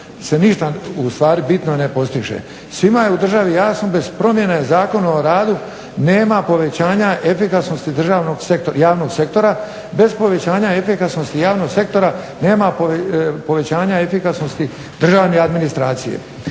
se ništa u stvari bitno ne postiže. Svima je u državi jasno bez promjene Zakona o radu nema povećanja efikasnosti državnog javnog sektora, bez povećanja efikasnosti javnog sektora nema povećanja efikasnosti državne administracije.